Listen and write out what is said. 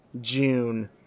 June